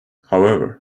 however